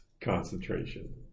concentration